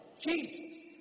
Jesus